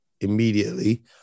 immediately